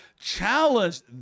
challenged